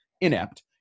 inept